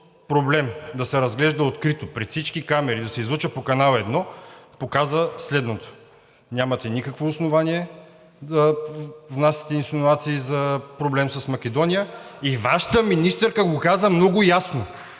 проблем да се разглежда открито пред всички камери, да се излъчва по Канал 1 показа следното: нямате никакво основание да внасяте инсинуации за проблем с Македония и Вашата министърка го каза много